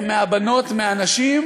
גם עם הטענה שאומרים